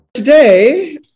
Today